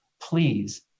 please